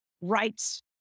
rights